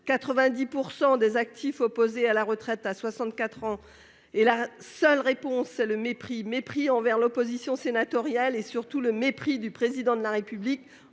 90 % des actifs opposés à la retraite à 64 ans, votre seule réponse, c'est le mépris : mépris envers l'opposition sénatoriale, mépris, surtout, du Président de la République